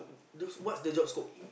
those what's the job scope